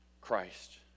christ